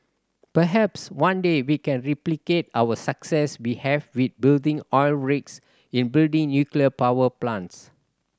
perhaps one day we can replicate our success we have with building oil rigs in building nuclear power plants